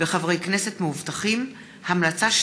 ינון אזולאי,